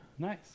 Nice